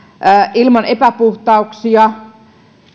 ilman epäpuhtauksia